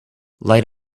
light